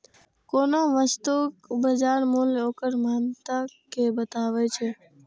कोनो वस्तुक बाजार मूल्य ओकर महत्ता कें बतबैत छै